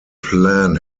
plan